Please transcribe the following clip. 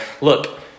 look